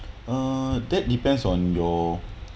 uh that depends on your